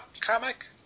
comic